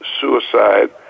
Suicide